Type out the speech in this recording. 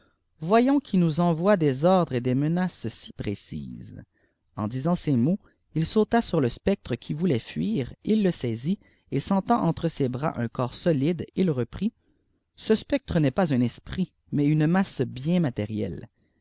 voyons qui nous envoie des ordres et des menaces si précises en disant ces mots il uta sur le spectre qui voulait fuir il le saisit et sentant entre ses brs un corps solide il reprit ce spectre n'est pas un esprit mais une masse bien matérielle